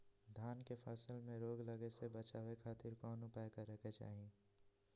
धान के फसल में रोग लगे से बचावे खातिर कौन उपाय करे के चाही?